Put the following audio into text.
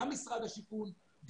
גם משרד השיכון,